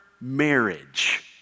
marriage